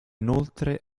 inoltre